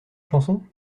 chanson